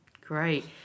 Great